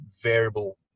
variable